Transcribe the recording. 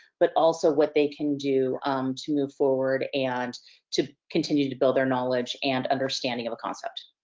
but also what they can do to move forward and to continue to to build their knowledge and understanding of a concept.